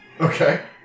Okay